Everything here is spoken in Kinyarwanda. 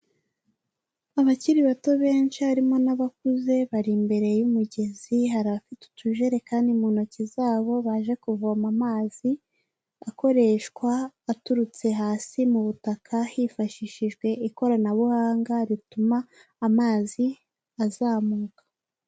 Aakiri bato benshi harimo n'abakuze bari imbere y'umugezi, hari abafite utujerekani mu ntoki zabo baje kuvoma amazi akoreshwa aturutse hasi mu butaka hifashishijwe ikoranabuhanga rituma amazi azamuka.